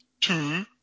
two